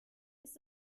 ist